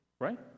right